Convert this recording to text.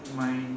mine